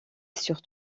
sur